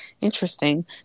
interesting